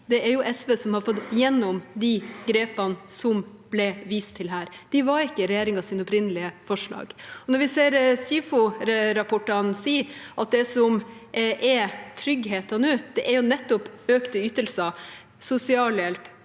det er SV som har fått gjennom de grepene som det ble vist til her. De var ikke i regjeringens opprinnelige forslag. Vi ser SIFO-rapportene si at det som er tryggheten nå, er nettopp økte ytelser, sosialhjelp,